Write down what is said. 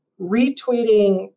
retweeting